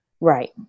Right